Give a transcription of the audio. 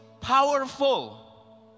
powerful